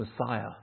Messiah